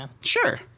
sure